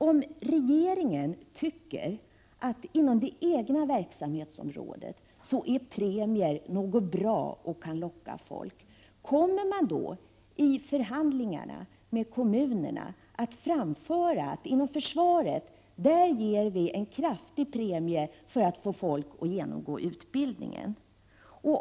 Om regeringen tycker att premier är något bra som kan locka folk inom det egna verksamhetsområdet, kommer man då i förhandlingarna med kommunerna att framföra att man inom försvaret ger en kraftig premie för att få folk att genomgå utbildning?